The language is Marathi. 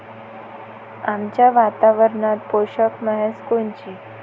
आमच्या वातावरनात पोषक म्हस कोनची?